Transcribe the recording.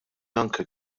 anke